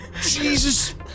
Jesus